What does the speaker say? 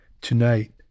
tonight